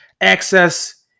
Access